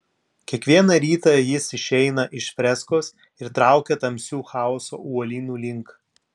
kiekvieną rytą jis išeina iš freskos ir traukia tamsių chaoso uolynų link